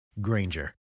Granger